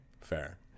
fair